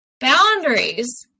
Boundaries